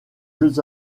jeux